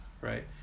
right